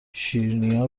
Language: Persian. شیرینیا